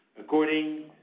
according